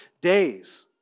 days